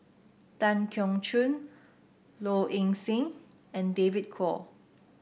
Tan Keong Choon Low Ing Sing and David Kwo